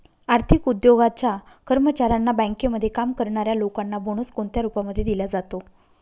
आर्थिक उद्योगाच्या कर्मचाऱ्यांना, बँकेमध्ये काम करणाऱ्या लोकांना बोनस कोणत्या रूपामध्ये दिला जातो?